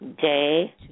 day